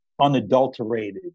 unadulterated